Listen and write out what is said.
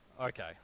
Okay